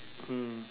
mm